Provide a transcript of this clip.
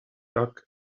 dug